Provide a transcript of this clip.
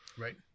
right